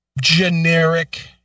generic